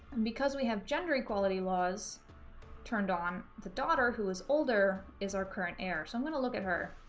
because we have gender equality laws turned on, the daughter who is older is our current heir. so i'm gonna look at her.